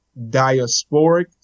diasporic